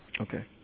Okay